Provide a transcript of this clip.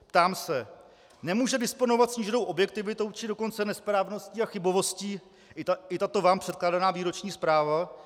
Ptám se: Nemůže disponovat sníženou objektivitou, či dokonce nesprávností a chybovostí i tato vám předkládaná výroční zpráva?